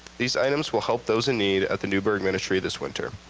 these items will help those in need at the newburg ministry this winter.